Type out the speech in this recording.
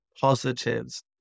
positives